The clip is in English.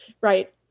right